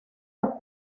los